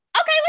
okay